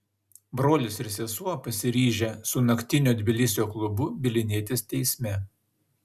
brolis ir sesuo pasiryžę su naktinio tbilisio klubu bylinėtis teisme